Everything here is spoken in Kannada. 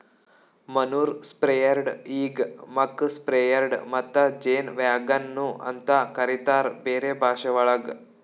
ಮನೂರ್ ಸ್ಪ್ರೆಡ್ರ್ ಈಗ್ ಮಕ್ ಸ್ಪ್ರೆಡ್ರ್ ಮತ್ತ ಜೇನ್ ವ್ಯಾಗನ್ ನು ಅಂತ ಕರಿತಾರ್ ಬೇರೆ ಭಾಷೆವಳಗ್